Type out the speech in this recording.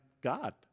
God